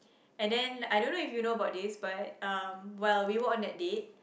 and then I don't if you know about this but um well we were on that date